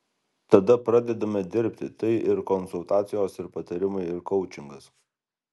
tada pradedame dirbti tai ir konsultacijos ir patarimai ir koučingas